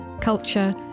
culture